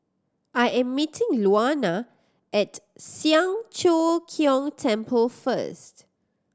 I am meeting Luana at Siang Cho Keong Temple first